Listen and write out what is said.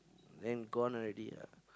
then gone already ah